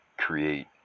create